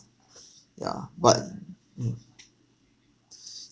yeah but mm